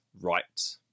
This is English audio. Right